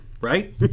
right